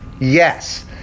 yes